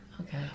Okay